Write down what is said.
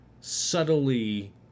subtly